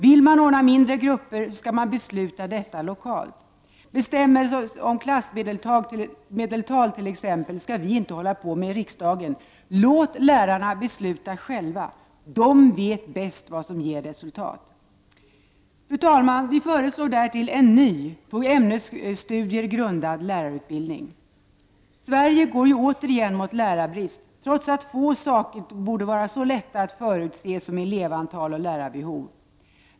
Vill man ordna mindre grupper skall man besluta detta lokalt. Bestämmelser om klassmedeltal skall vi inte hålla på med i riksdagen. Låt lärarna besluta själva! De vet bäst vad som ger resultat. Fru talman! Vi föreslår därtill en ny på ämnesstudier grundad, lärarutbildning. Sverige går återigen mot lärarbrist — trots att få saker borde vara så lätta att förutse som elevantal och lärarbehov.